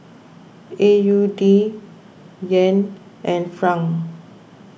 A U D Yen and Franc